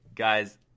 Guys